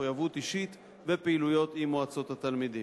מחויבות אישית ופעילויות עם מועצות התלמידים.